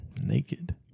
Naked